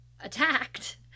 attacked